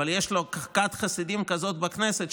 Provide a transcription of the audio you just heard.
אבל יש לו כת חסידים כזאת בכנסת,